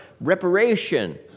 reparation